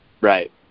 Right